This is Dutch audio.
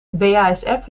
basf